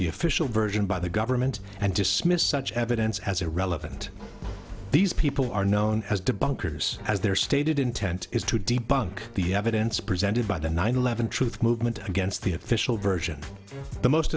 the official version by the government and dismiss such evidence as irrelevant these people are known as debunkers as their stated intent is to debunk the evidence presented by the nine eleven truth movement against the official version the most